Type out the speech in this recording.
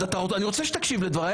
אני אומר למה.